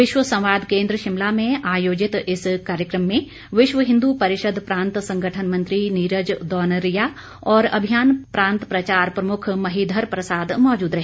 विश्य संवाद केन्द्र शिमला में आयोजित इस कार्यक्रम में विश्व हिन्दू परिषद प्रांत संगठन मंत्री नीरज दौनेरिया और अभियान प्रांत प्रचार प्रमुख महीघर प्रसाद मौजूद रहे